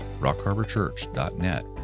rockharborchurch.net